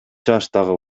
жаштагы